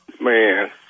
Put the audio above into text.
man